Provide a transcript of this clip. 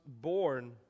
born